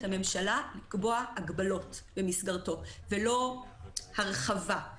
הממשלה לקבוע הגבלות במסגרות ולא הרחבה.